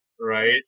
right